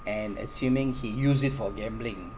and assuming he use it for gambling